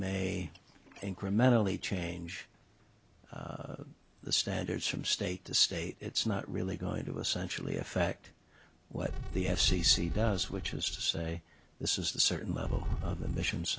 may incrementally change the standards from state to state it's not really going to essentially affect what the f c c does which is to say this is the certain level of emissions